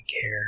care